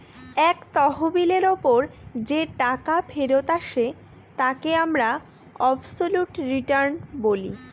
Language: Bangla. এক তহবিলের ওপর যে টাকা ফেরত আসে তাকে আমরা অবসোলুট রিটার্ন বলি